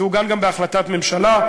זה עוגן גם בהחלטת ממשלה,